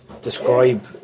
describe